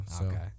Okay